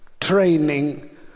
training